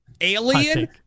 Alien